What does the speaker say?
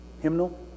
hymnal